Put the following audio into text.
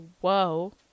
Whoa